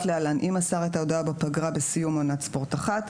להלן: אם מסר את ההודעה בפגרה בסיום עונת ספורט אחת,